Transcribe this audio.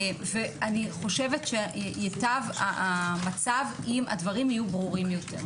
אני חושבת שייטב המצב אם הדברים יהיו ברורים יותר,